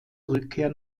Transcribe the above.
rückkehr